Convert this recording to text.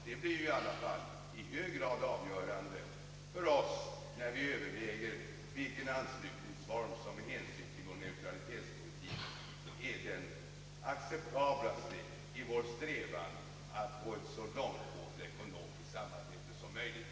Det blir ju i hög grad avgörande för oss, när vi överväger vilken anslutningsform som med hänsyn till vår neutralitetspolitik är den mest acceptabla i vår strävan att få så långtgående ekonomiskt samarbete som möjligt.